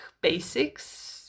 basics